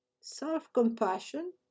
self-compassion